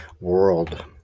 world